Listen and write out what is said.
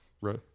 Right